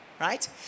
right